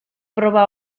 proba